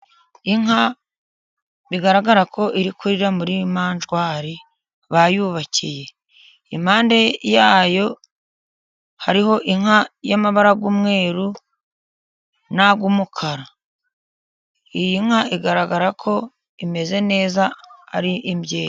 Inka bigaragara ko iri kurira muri manjwari bayubakiye, impande yayo hariho inka y'amabarara y' umweru n'ay'umukara. Iyi nka igaragara ko imeze neza, ari imbyeyi.